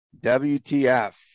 WTF